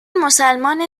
مسلمان